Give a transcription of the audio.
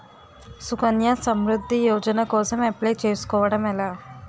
సుకన్య సమృద్ధి యోజన కోసం అప్లయ్ చేసుకోవడం ఎలా?